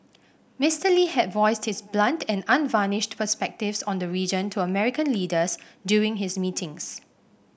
Mister Lee had voiced his blunt and unvarnished perspectives on the region to American leaders during his meetings